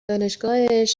دانشگاهش